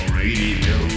radio